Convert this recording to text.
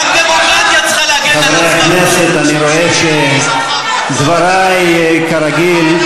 חברי הכנסת, אני רואה שדברי, כרגיל,